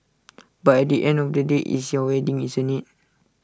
but at the end of the day it's your wedding isn't IT